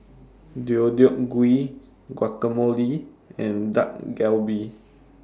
Deodeok Gui Guacamole and Dak Galbi